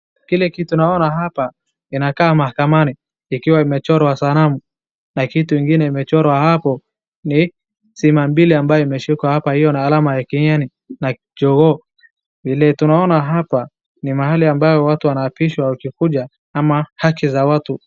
Kile kitu naona hapa inakaa mahakamani, ikiwa imechorwa sanamu na kitu ingine imechorwa hapo ni simba mbili ambayo imeshikwa hapo na alama ya kijani na kijogoo. Vile tunaona hapa ni mahali ambayo watu waapishwa wakikuja ama haki za watu.